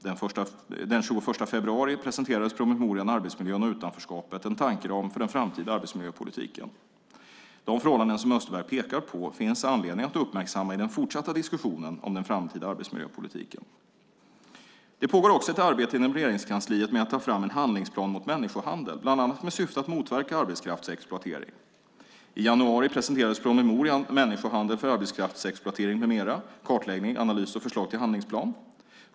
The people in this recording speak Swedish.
Den 21 februari presenterades promemorian Arbetsmiljön och utanförskapet - en tankeram för den framtida arbetsmiljöpolitiken . De förhållanden som Österberg pekar på finns det anledning att uppmärksamma i den fortsatta diskussionen om den framtida arbetsmiljöpolitiken. Det pågår också ett arbete inom Regeringskansliet med att ta fram en handlingsplan mot människohandel, bland annat med syfte att motverka arbetskraftsexploatering. I januari presenterades promemorian Människohandel för arbetskraftsexploatering m.m. - kartläggning, analys och förslag till handlingsplan .